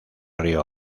río